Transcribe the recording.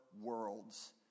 worlds